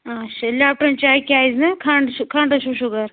آچھا لٮ۪پٹَن چاے کیٛازِ نہٕ کھنٛڈ چھِ کھنڈٕے چھِ شُگَر